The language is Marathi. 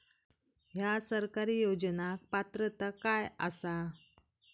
हया सरकारी योजनाक पात्रता काय आसा?